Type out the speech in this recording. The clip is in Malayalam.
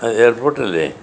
എയർപോർട്ട് അല്ലേ